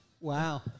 Wow